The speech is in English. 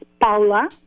Paula